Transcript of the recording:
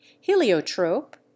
Heliotrope